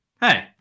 hey